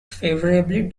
favourably